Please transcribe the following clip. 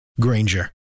Granger